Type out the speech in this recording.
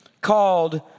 called